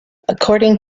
according